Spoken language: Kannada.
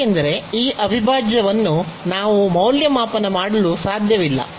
ಏಕೆಂದರೆ ಈ ಅವಿಭಾಜ್ಯವನ್ನು ನಾವು ಮೌಲ್ಯಮಾಪನ ಮಾಡಲು ಸಾಧ್ಯವಿಲ್ಲ